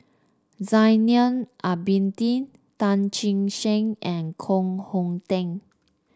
Zainal Abidin Tan Che Sang and Koh Hong Teng